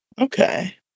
Okay